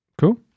Cool